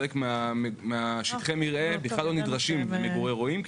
חלק משטחי המרעה בכלל לא נדרשים למגורי רועים כי